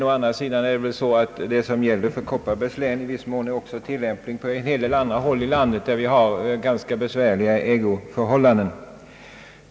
Å andra sidan är det väl så att det som gäller för Kopparbergs län också är tillämpligt på en hel del andra håll i landet, där vi har ganska besvärliga ägoförhållanden.